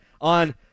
on